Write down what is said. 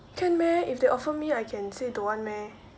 can meh if they offer me I can say don't want meh